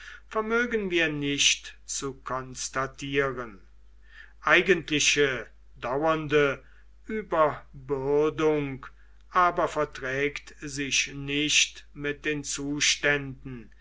vermögen wir nicht zu konstatieren eigentliche dauernde überbürdung aber verträgt sich nicht mit den zuständen